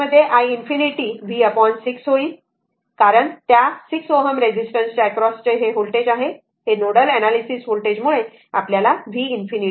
तर या केस मध्ये i ∞ v6 होईल कारण त्या 6 Ω रेसिस्टन्सच्या एक्रॉस व्होल्टेज आहे हे नोडल एनालिसिस व्होल्टेजमुळे आपल्याला हा v ∞